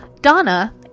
Donna